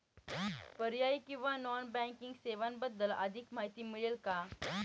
पर्यायी किंवा non banking सेवांबद्दल अधिक माहिती मिळेल का?